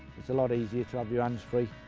it's a lot easier to have your hands-free.